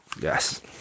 Yes